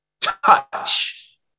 touch